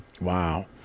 Wow